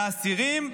והאסירים,